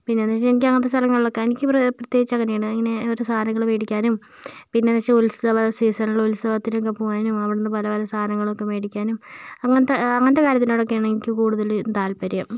പിന്നെയെന്ന് വെച്ചാൽ എനിക്കങ്ങനത്തെ സ്ഥലങ്ങളിലൊക്കെ എനിക്ക് പ്ര പ്രത്യേകിച്ച് അങ്ങനെയാണ് അങ്ങനെ ഒരു സാധനങ്ങൾ മേടിക്കാനും പിന്നെയെന്ന് വെച്ചാൽ ഉത്സവ സീസണിൽ ഉത്സവത്തിനൊക്കെ പോകാനും അവിടെ നിന്ന് പല പല സാധനങ്ങളൊക്കെ മേടിക്കാനും അങ്ങനത്തെ അങ്ങനത്തെ കാര്യത്തിനോടൊക്കെയാണ് എനിക്ക് കൂടുതലും താത്പര്യം